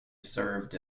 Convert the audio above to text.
served